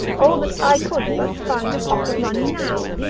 o that i could but find a pot of money now,